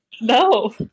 No